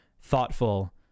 thoughtful